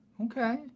Okay